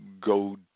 go